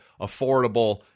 affordable